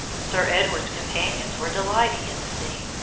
sir edward's companions were delighting in the scene,